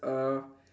uh